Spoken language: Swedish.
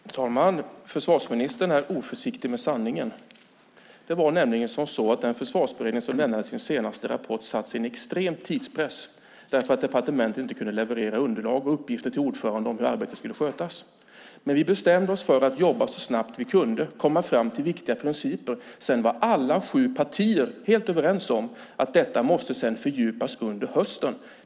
Herr talman! Försvarsministern är oförsiktig med sanningen. Den försvarsberedning som lämnade sin senaste rapport sattes i en extrem tidspress därför att departementet inte kunde leverera underlag och uppgifter till ordföranden om hur arbetet skulle skötas. Men vi bestämde oss för att jobba så snabbt vi kunde och komma fram till viktiga principer. Sedan var alla sju partier helt överens om att detta måste fördjupas under hösten.